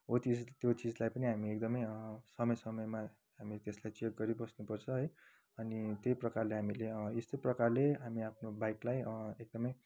हो त्यस त्यो चिजलाई पनि हामीले एकदमै समय समयमा हामीले त्यसलाई चेक गरिबस्नुपर्छ है अनि त्यही प्रकारले हामीले यस्तै प्रकारले हामी आफ्नो बाइकलाई एकदमै